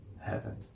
heaven